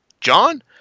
John